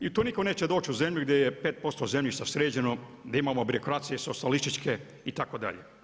I tu niko neće doći u zemlju gdje je 5% zemljišta sređeno, gdje imamo birokracije socijalističke itd.